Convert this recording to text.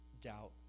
doubt